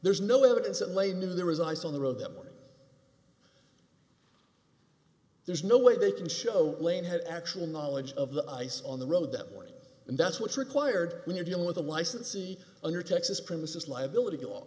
there is no evidence that les knew there was ice on the road that morning there's no way they can show lynn had actual knowledge of the ice on the road that morning and that's what's required when you're dealing with a licensee under texas premises liability